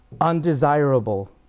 undesirable